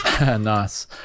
nice